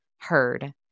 heard